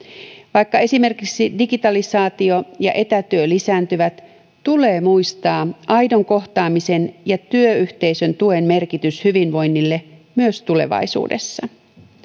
vaikka esimerkiksi digitalisaatio ja etätyö lisääntyvät tulee muistaa aidon kohtaamisen ja työyhteisön tuen merkitys hyvinvoinnille myös tulevaisuudessa